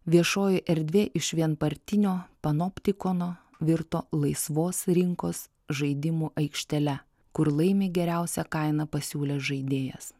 viešoji erdvė iš vienpartinio panoptikono virto laisvos rinkos žaidimų aikštele kur laimi geriausią kainą pasiūlęs žaidėjas